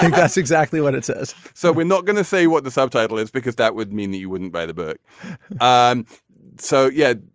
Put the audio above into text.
like that's exactly what it says. so we're not going to say what the subtitle is because that would mean that you wouldn't buy the book um so yeah.